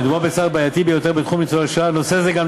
מדובר בצעד בעייתי ביותר בתחום ניצולי השואה.